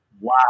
Wow